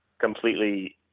completely